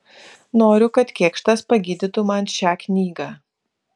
noriu kad kėkštas pagydytų man šią knygą